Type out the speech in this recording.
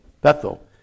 Bethel